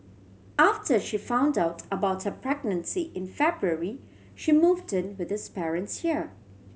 after she found out about her pregnancy in February she moved in with his parents here